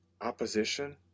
Opposition